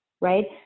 right